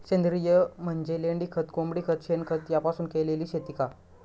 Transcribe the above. सेंद्रिय म्हणजे लेंडीखत, कोंबडीखत, शेणखत यापासून केलेली शेती का?